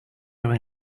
your